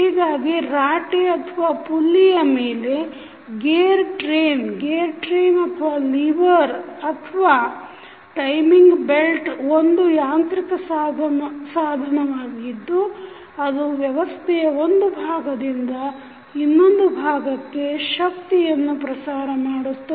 ಹೀಗಾಗಿ ರಾಟೆ ಮೇಲಿನ ಗೇರ್ ಟ್ರೇನ್ ಅಥವಾ ಲಿವರ್ ಅಥವಾ ಟೈಮಿಂಗ್ ಬೆಲ್ಟ್ ಒಂದು ಯಾಂತ್ರಿಕ ಸಾಧನವಾಗಿದ್ದು ಅದು ವ್ಯವಸ್ಥೆಯ ಒಂದು ಭಾಗದಿಂದ ಇನ್ನೊಂದು ಭಾಗಕ್ಕೆ ಶಕ್ತಿ ಯನ್ನು ಪ್ರಸಾರ ಮಾಡುತ್ತದೆ